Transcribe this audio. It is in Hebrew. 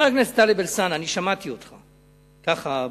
חבר הכנסת טלב אלסאנע, אני שמעתי אותך, ככה בחצי,